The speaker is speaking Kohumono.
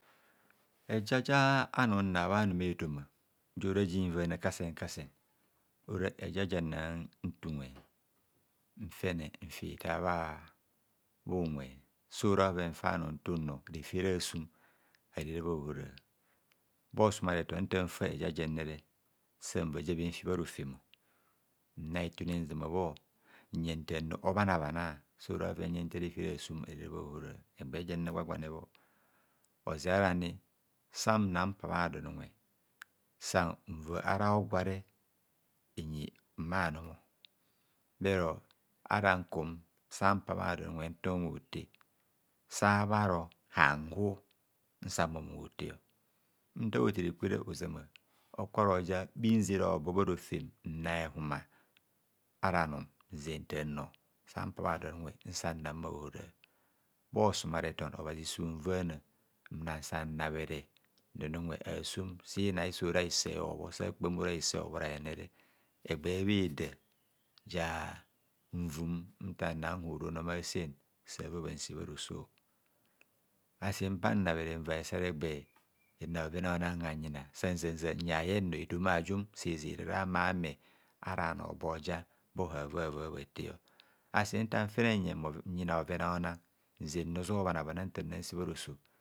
Eja ja num nna bhanumefoma ora ja in vana kasen kasen ora eja janna nte unwe nfene nfi hitar bhunwe so ra oven fa num ntunnor refet assum hare ra bha ohora bhosumareton ntan fa eja jene sanva je bhinfi bha rofem nna itune nzama bho nyen tarnor obhanabhana so ra bhoven fan yen nfa refet asum ara rera bhahora, egba jan ra gwa gwa nebhor oze ara ni sana mpa bha don unwe sava ara hogwa nyi mmanum bhero ntakum san pa bha don unwe tama unwe hote sabharo anhu nsan bhom unwe hoter ntar hotere kwere ozama okaroja bhinzera hobo bharofem nna ehuhuma ara num nzen tanno sam pabha don unwe nsanam bhahora bho su ma reton obhazi sunvana mmansa nnabhere don unwe asum sinai ora hise hobho gwa kpam ora hise obhora yen egba bheda ja nvum ntana nhu runome asen sava bhan se bha roso asi mpa nnabhere nva hesare egba nna bhoven a'ona hanying sanjan yaye nnor etoma ajum se je rara hama me ara bhanor bo ja bho havava bhate asi ntan fene nyina bhoven a'ona nzennor ojo bhana bhana ntannan se bha ro so.